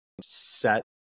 set